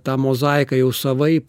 tą mozaiką jau savaip